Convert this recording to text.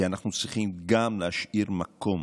כי אנחנו צריכים גם להשאיר מקום